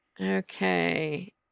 Okay